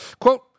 Quote